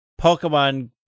Pokemon